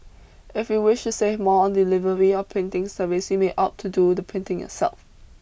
if you wish to save money on delivery or printing service you may opt to do the printing yourself